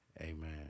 Amen